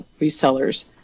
resellers